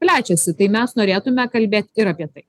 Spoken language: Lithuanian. plečiasi tai mes norėtume kalbėt ir apie tai